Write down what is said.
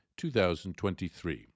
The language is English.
2023